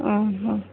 ଅଃ